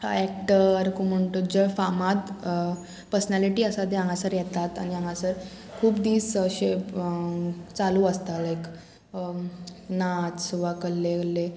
actor कोण म्हण तूं जे फामाद पर्सनेलिटी आसा ते हांगासर येतात आनी हांगासर खूब दीस अशे चालू आसता लायक नाच वा कहले कहले